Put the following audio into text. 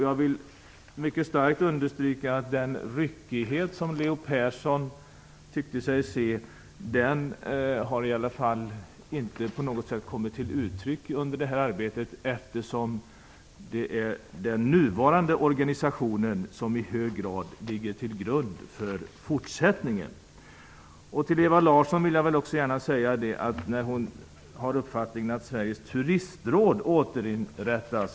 Jag vill starkt understryka att den ryckighet som Leo Persson tyckte sig se inte på något sätt kommit till uttryck under arbetet, eftersom den nuvarande organisationen i hög grad ligger till grund för den fortsatta. Ewa Larsson har uppfattningen att Sveriges turisråd återinrättas.